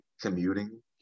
commuting